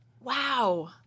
Wow